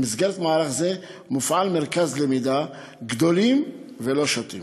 במסגרת מערך זה מופעל מרכז למידה "גדולים ולא שותים",